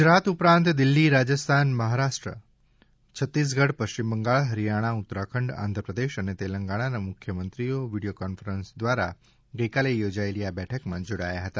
ગુજરાત ઉપરાંત દિલ્હી રાજસ્થાન મહારાષ્ટ્ર છત્તીસગઢ પશ્ચિમ બંગાળ હરિયાણા ઉત્તરાખંડ આંધ્રપ્રદેશ અને તેલંગાણાના મુખ્યમંત્રીઓ વિડીયો કોન્ફરન્સ દ્વારા આ બેઠકમાં જોડાયા હતા